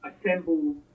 assemble